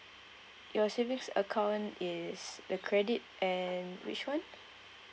your savings account is the credit and which one